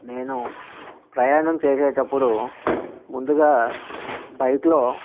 నేను ప్రయాణం చేసేటప్పుడు ముందుగా బైక్లో